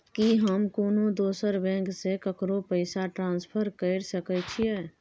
की हम कोनो दोसर बैंक से केकरो पैसा ट्रांसफर कैर सकय छियै?